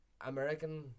American